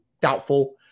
Doubtful